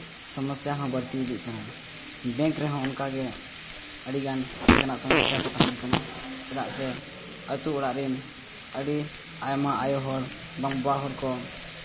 ᱥᱚᱢᱚᱥᱥᱟ ᱦᱚᱸ ᱵᱟᱹᱲᱛᱤ ᱤᱫᱤᱜ ᱠᱟᱱᱟ ᱵᱮᱝᱠ ᱨᱮᱦᱚᱸ ᱚᱱᱠᱟ ᱜᱮ ᱟᱹᱰᱤᱜᱟᱱ ᱞᱮᱠᱟᱱᱟᱜ ᱥᱚᱢᱚᱥᱥᱟ ᱠᱚ ᱛᱟᱦᱮᱱ ᱠᱟᱱᱟ ᱪᱮᱫᱟᱜ ᱥᱮ ᱟᱛᱳ ᱚᱲᱟᱜ ᱨᱮᱱ ᱟᱹᱰᱤ ᱟᱭᱢᱟ ᱟᱭᱚ ᱦᱚᱲ ᱵᱟᱝ ᱵᱟᱵᱟ ᱦᱚᱲ ᱠᱚ